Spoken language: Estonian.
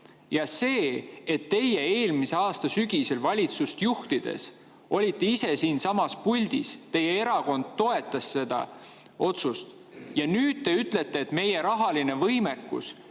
ise olite eelmise aasta sügisel valitsust juhtides siinsamas puldis, teie erakond toetas seda otsust. Ja nüüd te ütlete, et meie rahaline võimekus